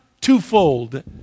twofold